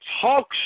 Talk